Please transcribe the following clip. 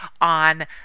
on